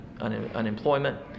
unemployment